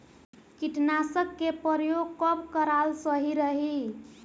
कीटनाशक के प्रयोग कब कराल सही रही?